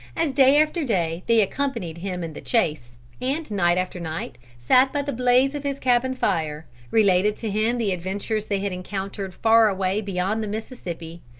as day after day they accompanied him in the chase, and night after night sat by the blaze of his cabine-fire, related to him the adventures they had encountered far away beyond the mississippi,